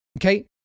Okay